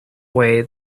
way